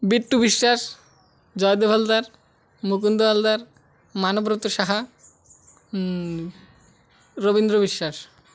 Bitu Biswas Joydev Haldar Mukund Haldar Manabrata Saha Rabindra Biswas